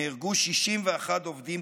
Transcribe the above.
נהרגו 61 עובדים,